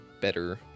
better